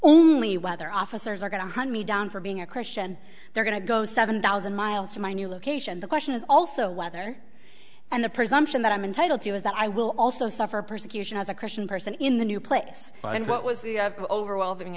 only whether officers are going to hunt me down for being a christian they're going to go seven thousand miles to my new location the question is also whether and the presumption that i'm entitle to is that i will also suffer persecution as a christian person in the new place and what was the overwhelming